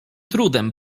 trudem